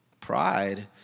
Pride